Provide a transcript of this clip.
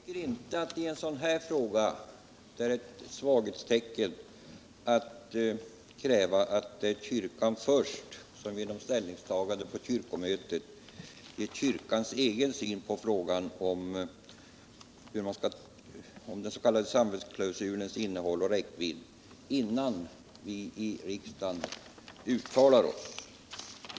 Herr talman! Jag tycker inte att det i en sådan här fråga är cwu svaghetstecken att kräva att kyrkan först genom ställningstagande på kyrkomötet ger sin syn på frågan om den s.k. samvetsklausulens innehåll och räckvidd, innan vi i riksdagen uttalar oss.